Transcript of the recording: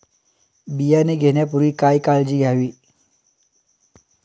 बियाणे घेण्यापूर्वी काय काळजी घ्यावी?